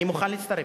אני מוכן להצטרף.